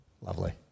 Lovely